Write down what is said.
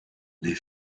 les